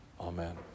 Amen